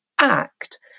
act